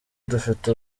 dufite